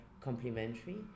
complementary